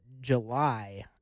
July